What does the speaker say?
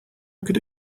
could